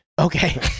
Okay